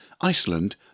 Iceland